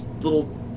little